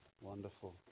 Wonderful